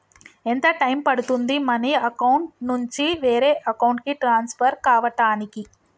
ఎంత టైం పడుతుంది money account నుంచి వేరే అకౌంట్ కి ట్రాన్స్ఫర్ కావటానికి?